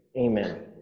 Amen